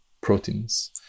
proteins